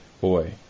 Boy